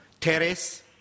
Terrace